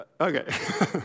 Okay